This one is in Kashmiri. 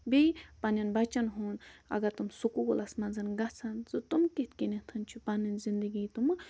بیٚیہِ پَننٮ۪ن بَچَن ہُنٛد اگر تِم سکوٗلَس منٛز گژھن تہٕ تِم کِتھ کٔنیٚتھ چھِ پَنٕنۍ زِندگی تٕمہٕ